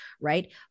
right